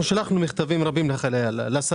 אנחנו שלחנו מכתבים רבים לשרים,